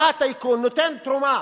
בא הטייקון, נותן תרומה